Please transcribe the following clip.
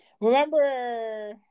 remember